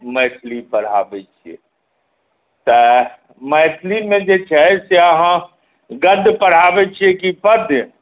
मैथिली पढ़ाबै छियै तऽ मैथिलीमे जे छै से अहाँ गद्य पढ़ाबै छियै कि पद्य